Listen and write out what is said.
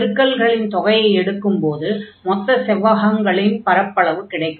பெருக்கல்களின் தொகையை எடுக்கும் போது மொத்த செவ்வகங்களின் பரப்பளவு கிடைக்கும்